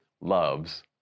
loves